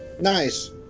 Nice